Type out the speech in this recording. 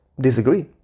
disagree